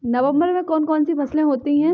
नवंबर में कौन कौन सी फसलें होती हैं?